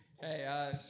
Hey